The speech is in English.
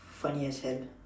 funny as hell